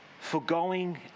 Forgoing